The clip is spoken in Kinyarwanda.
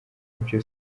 byo